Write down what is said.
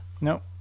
Nope